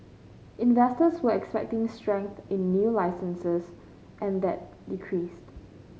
investors were expecting strength in new licences and that decreased